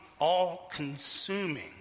all-consuming